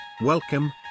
Welcome